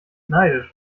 neidisch